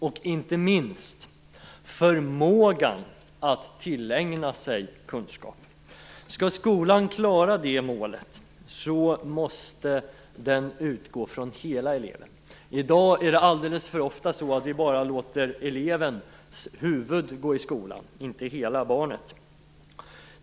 Inte minst gäller det också förmågan att tillägna sig kunskaper. För att skolan skall kunna klara det målet måste den utgå från hela eleven. I dag är det alldeles för ofta så att bara elevens huvud får gå i skolan, inte hela barnet.